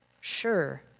Sure